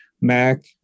Mac